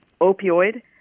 opioid